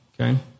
okay